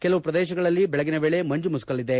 ಕೆಲವು ಪ್ರದೇಶಗಳಲ್ಲಿ ದೆಳಗಿನ ವೇಳೆ ಮಂಜು ಮುಸುಕಲಿದೆ